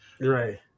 right